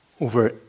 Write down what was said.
over